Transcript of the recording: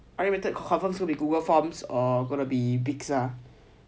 ordering method confirms going to be Google forms or going to be bits ah